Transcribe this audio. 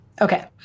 Okay